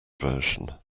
version